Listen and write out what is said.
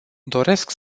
doresc